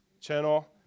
channel